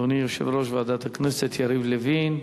אדוני יושב-ראש ועדת הכנסת יריב לוין.